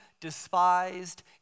despised